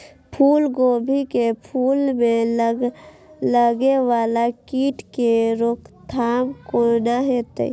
फुल गोभी के फुल में लागे वाला कीट के रोकथाम कौना हैत?